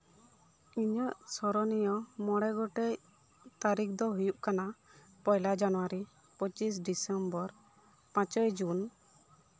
ᱤᱧᱟᱹᱜ ᱥᱚᱨᱚᱱᱤᱭᱚ ᱢᱚᱬᱮ ᱜᱚᱴᱮᱱ ᱛᱟᱹᱨᱤᱠᱷ ᱫᱚ ᱦᱩᱭᱩᱜ ᱠᱟᱱᱟ ᱯᱚᱭᱞᱟ ᱡᱟᱱᱩᱣᱟᱨᱤ ᱯᱚᱸᱪᱤᱥ ᱰᱤᱥᱮᱢᱵᱚᱨ ᱯᱟᱸᱪᱚᱭ ᱡᱩᱱ